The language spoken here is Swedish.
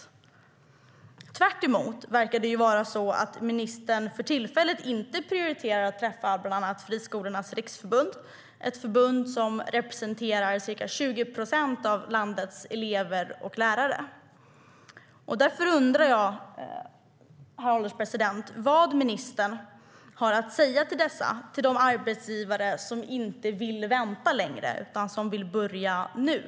Däremot verkar det vara så att ministern för tillfället inte prioriterar att träffa bland annat Friskolornas riksförbund, ett förbund som representerar ca 20 procent av landets elever och lärare. Därför undrar jag, herr ålderspresident, vad ministern har att säga till de arbetsgivare som inte vill vänta längre utan som vill börja nu.